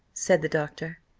said the doctor.